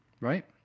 right